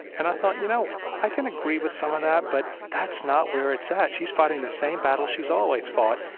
and i thought, you know, i can agree with some of that, but that's not where it's at. she's fighting the same battles she's always fought.